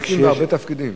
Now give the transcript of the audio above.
הם משמשים בהרבה תפקידים.